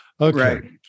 Okay